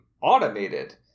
automated